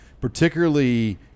particularly